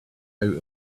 out